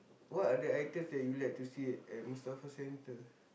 what are the items that you like to see at Mustafa-Centre